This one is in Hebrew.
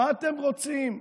מה אתם רוצים?